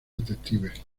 detectives